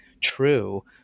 true